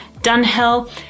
Dunhill